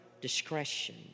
discretion